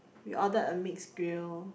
we ordered a mixed grill